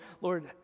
Lord